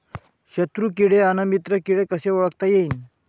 शत्रु किडे अन मित्र किडे कसे ओळखता येईन?